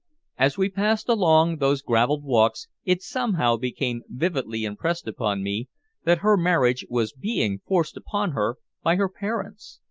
as we passed along those graveled walks it somehow became vividly impressed upon me that her marriage was being forced upon her by her parents.